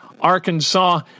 Arkansas